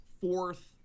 fourth